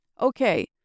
Okay